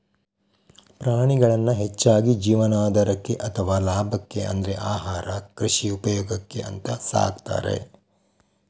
ಪ್ರಾಣಿಗಳನ್ನ ಹೆಚ್ಚಾಗಿ ಜೀವನಾಧಾರಕ್ಕೆ ಅಥವಾ ಲಾಭಕ್ಕೆ ಅಂದ್ರೆ ಆಹಾರ, ಕೃಷಿ ಉಪಯೋಗಕ್ಕೆ ಅಂತ ಸಾಕ್ತಾರೆ